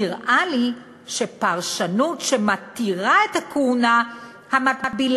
"נראה לי שפרשנות שמתירה את הכהונה המקבילה